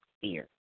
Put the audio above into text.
fear